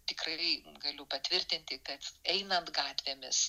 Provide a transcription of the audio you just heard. tikrai galiu patvirtinti kad einant gatvėmis